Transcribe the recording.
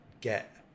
get